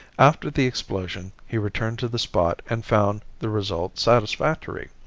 after the explosion he returned to the spot and found the result satisfactory.